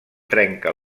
trenca